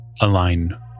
align